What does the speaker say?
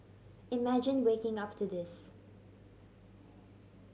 imagine waking up to this